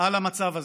על המצב הזה,